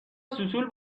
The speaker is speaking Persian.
سوسول